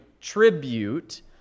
tribute